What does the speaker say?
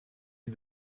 you